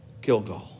Gilgal